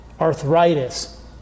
Arthritis